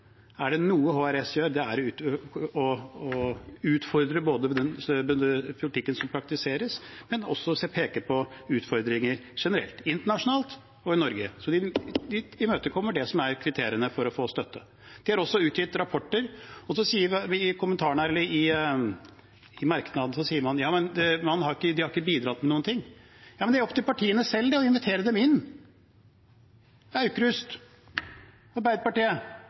som praktiseres, men også å peke på utfordringer generelt, internasjonalt og i Norge. Så de imøtekommer det som er kriteriene for å få støtte. De har også utgitt rapporter. I merknadene sier man at de har ikke bidratt med noen ting. Det er jo opp til partiene selv å invitere dem inn – representanten Aukrust og Arbeiderpartiet. De kan invitere HRS inn i gruppa, så får de den informasjonen de sier de ikke får. Den kan man få fra HRS selv. Det er Arbeiderpartiet som må ta kontakt med dem,